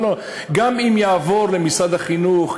גם אם זה יעבור למשרד החינוך,